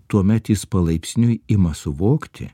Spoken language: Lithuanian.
tuomet jis palaipsniui ima suvokti